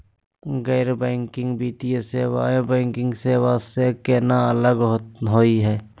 गैर बैंकिंग वित्तीय सेवाएं, बैंकिंग सेवा स केना अलग होई हे?